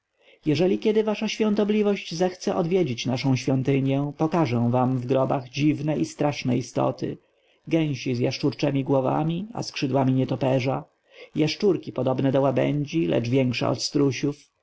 jeżeli kiedy wasza świątobliwość zechce odwiedzić naszą świątynię pokażę wam w grobach dziwne i straszne istoty gęsi z jaszczurczemi głowami a skrzydłami nietoperza jaszczurki podobne do łabędzi lecz większe od strusiów